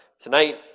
tonight